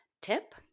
tip